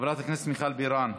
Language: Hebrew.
חברת הכנסת מיכל בירן,